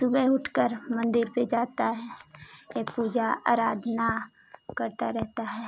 सुबह उठ कर मंदिर पर जाता है ये पूजा आराधना करता रहता है